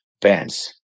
bands